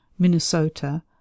Minnesota